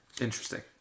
Interesting